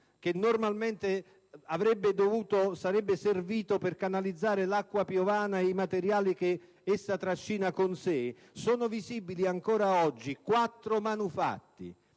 che normalmente sarebbe servito per canalizzare l'acqua piovana e i materiali che essa trascina con sé - sono visibili ancora oggi quattro manufatti.